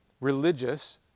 religious